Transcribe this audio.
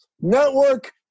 network